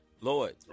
Lord